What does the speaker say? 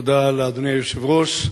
תודה לאדוני היושב-ראש,